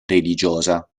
religiosa